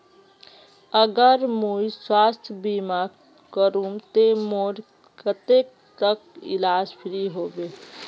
अगर मुई स्वास्थ्य बीमा करूम ते मोर कतेक तक इलाज फ्री होबे?